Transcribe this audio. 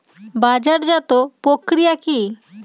বাজারজাতও প্রক্রিয়া কি?